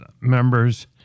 members